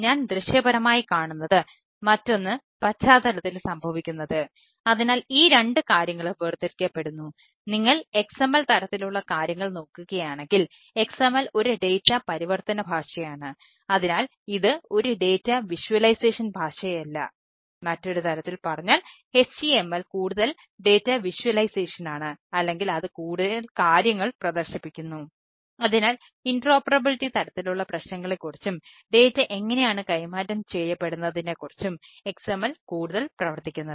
www അല്ലെങ്കിൽ world wide വെബിൽ തരത്തിലുള്ള പ്രശ്നങ്ങളെക്കുറിച്ചും ഡാറ്റ എങ്ങനെയാണ് കൈമാറ്റം ചെയ്യപ്പെടുന്നതിനെക്കുറിച്ചും XML കൂടുതൽ പ്രവർത്തിക്കുന്നത്